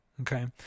Okay